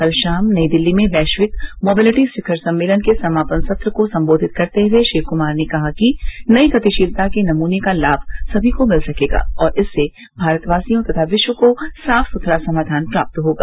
कल शाम नई दिल्ली में वैश्विक मोबिलिटी शिखर सम्मेलन के समापन सत्र को संबोधित करते हुए श्री कुमार ने कहा कि नई गतिशीलता के नमूने का लाभ सभी को मिल सकेगा और इससे भारतवासियों तथा विश्व को साफ सुधरा समाधान प्राप्त होगा